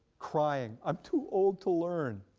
crying i'm too old to learn.